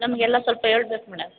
ನಮಗೆಲ್ಲ ಸ್ವಲ್ಪ ಹೇಳ್ಬೇಕ್ ಮೇಡಮ್